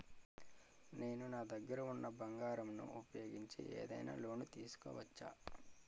నేను నా దగ్గర ఉన్న బంగారం ను ఉపయోగించి ఏదైనా లోన్ తీసుకోవచ్చా?